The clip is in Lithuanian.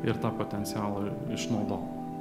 ir tą potencialą išnaudot